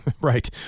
Right